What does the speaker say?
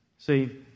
See